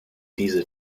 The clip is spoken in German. diese